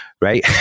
Right